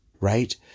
Right